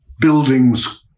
buildings